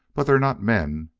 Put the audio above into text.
but they're not men.